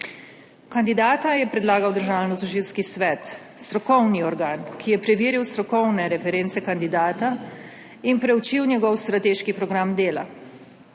Kandidata je predlagal Državnotožilski svet, strokovni organ, ki je preveril strokovne reference kandidata in preučil njegov strateški program dela.